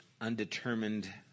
undetermined